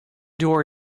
door